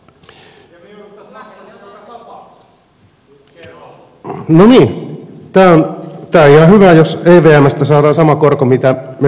no niin tämä on ihan hyvä jos evmstä saadaan sama korko mitä me maksamme koroilla